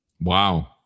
Wow